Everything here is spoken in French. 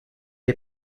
est